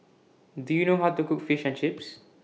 Do YOU know How to Cook Fish and Chips